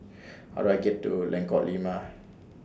How Do I get to Lengkok Lima